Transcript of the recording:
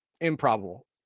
Improbable